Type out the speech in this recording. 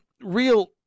real